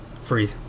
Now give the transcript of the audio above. free